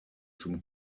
zum